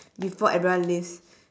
before everyone leaves